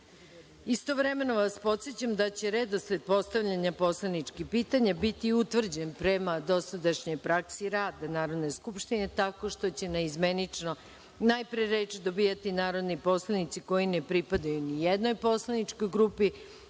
pitanja. Istovremeno vas podsećam da će redosled postavljanja poslaničkih pitanja biti utvrđen prema dosadašnjoj praksi rada Narodne skupštine, tako što će naizmenično najpre reč dobijati narodni poslanici koji ne pripadaju ni jednoj poslaničkoj grupi,